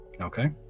Okay